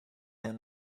and